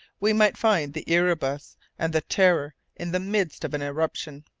we might find the erebus and the terror in the midst of an eruption.